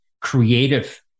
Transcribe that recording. creative